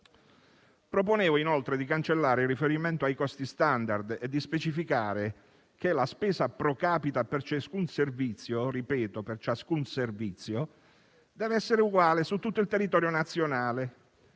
Proponevo inoltre di cancellare il riferimento ai costi *standard* e di specificare che la spesa *pro capite* per ciascun servizio - lo sottolineo - dev'essere uguale su tutto il territorio nazionale,